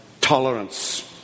tolerance